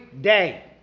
day